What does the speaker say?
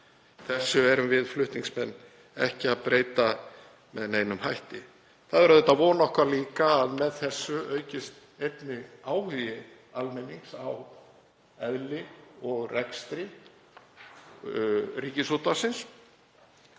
Þessu erum við flutningsmenn ekki að breyta með neinum hætti. Það er auðvitað von okkar líka að með þessu aukist einnig áhugi almennings á eðli og rekstri Ríkisútvarpsins.